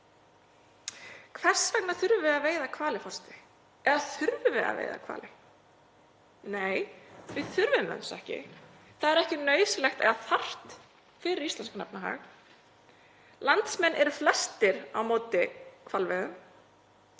Hvers vegna þurfum við að veiða hvali, forseti? Eða þurfum við að veiða hvali? Nei, við þurfum það ekki. Það er ekki nauðsynlegt eða þarft fyrir íslenskan efnahag. Landsmenn eru flestir á móti hvalveiðum.